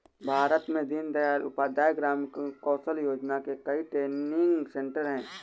भारत में दीन दयाल उपाध्याय ग्रामीण कौशल योजना के कई ट्रेनिंग सेन्टर है